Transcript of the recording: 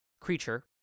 Creature